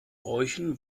bräuchen